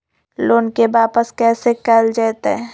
Loan के वापस कैसे कैल जतय?